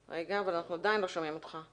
אני מכיר את הנושא טוב.